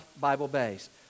Bible-based